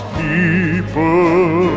people